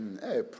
Hey